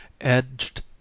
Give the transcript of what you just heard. edged